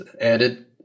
added